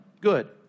Good